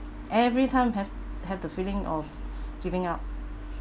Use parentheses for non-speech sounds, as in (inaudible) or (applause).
every time have have the feeling of (breath) giving up